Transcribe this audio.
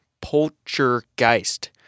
poltergeist